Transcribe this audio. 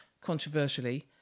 controversially